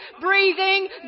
breathing